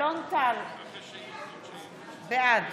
בעד